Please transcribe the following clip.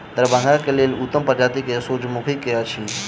दरभंगा केँ लेल उत्तम प्रजाति केँ सूर्यमुखी केँ अछि?